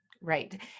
Right